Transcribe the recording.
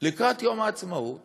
לקראת יום העצמאות